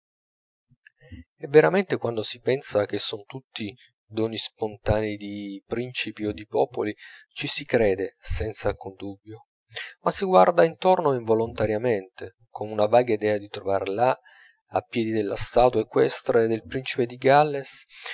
genii e veramente quando si pensa che son tutti doni spontanei di principi o di popoli ci si crede senz'alcun dubbio ma si guarda intorno involontariamente con una vaga idea di trovar là a piedi della statua equestre del principe di galles